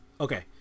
Okay